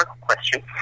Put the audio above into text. question